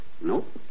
Nope